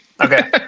okay